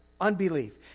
unbelief